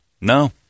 No